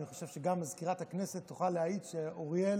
אני חושב שגם מזכירת הכנסת תוכל להעיד שאוריאל